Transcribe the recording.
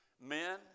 men